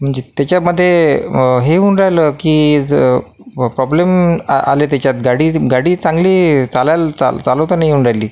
जी त्याच्यामध्ये हे होऊन राहिलं की ज पॉब्लेम आले त्याच्यात गाडी गाडी चांगली चालायल चाल चालवता नाही येऊन राहिली